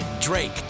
drake